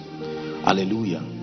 Hallelujah